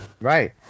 Right